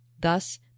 thus